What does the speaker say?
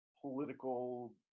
political